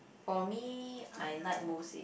for me I like most is